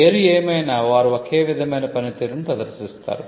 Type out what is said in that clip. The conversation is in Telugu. పేరు ఏమైనా వారు ఒకే విధమైన పనితీరును ప్రదర్శిస్తారు